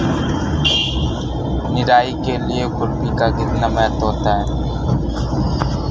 निराई के लिए खुरपी का कितना महत्व होता है?